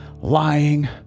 lying